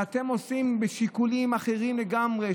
ואתם עוסקים בשיקולים אחרים לגמרי,